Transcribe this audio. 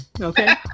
okay